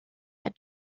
had